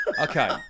Okay